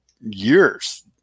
years